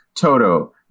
Toto